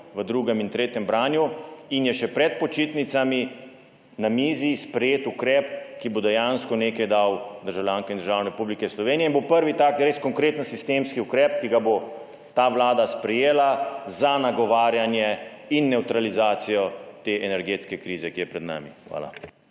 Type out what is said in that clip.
v drugem in tretjem branju, in je še pred počitnicami na mizi sprejet ukrep, ki bo dejansko nekaj dal državljankam in državljanom Republike Slovenije in bo prvi tak res konkreten sistemski ukrep, ki ga bo ta vlada sprejela za nagovarjanje in nevtralizacijo te energetske krize, ki je pred nami. Hvala.